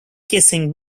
kissing